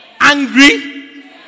Angry